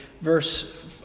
verse